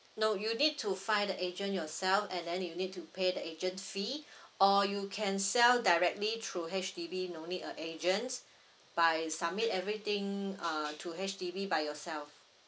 no you need to find the agent yourself and then you need to pay the agent fee or you can sell directly through H_D_B no need a agent by submit everything uh to H_D_B by yourself